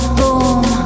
boom